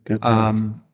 Good